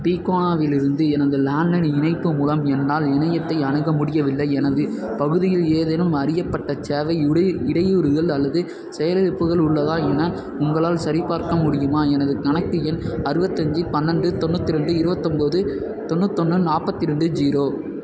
டிகோனாவிலிருந்து எனது லேண்ட்லைன் இணைப்பு மூலம் என்னால் இணையத்தை அணுக முடியவில்லை எனது பகுதியில் ஏதேனும் அறியப்பட்ட சேவை இடை இடையூறுகள் அல்லது செயலிழப்புகள் உள்ளதா என உங்களால் சரிபார்க்க முடியுமா எனது கணக்கு எண் அறுபத்தஞ்சி பன்னெண்டு தொண்ணூற்றி ரெண்டு இருவத்தொம்பது தொண்ணூதொன்று நாற்பத்தி ரெண்டு ஜீரோ